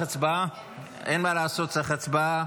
אין מה לעשות, צריך הצבעה.